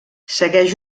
segueix